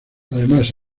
además